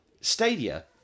Stadia